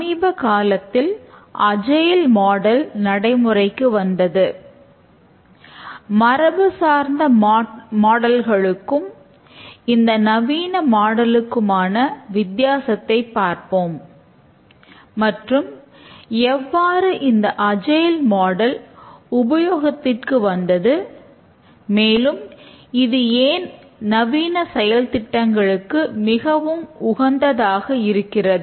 சமீபகாலத்தில் agile model உபயோகத்திற்கு வந்தது மேலும் இது ஏன் நவீன செயல் திட்டங்களுக்கு மிகவும் உகந்ததாக இருக்கிறது